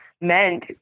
meant